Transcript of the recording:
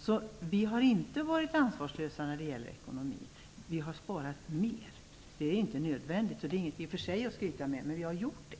Så vi har inte varit ansvarslösa när det gäller ekonomin. Vi har velat spara mer. Det var inte nödvändigt och är i och för sig inget att skryta med, men vi har gjort det.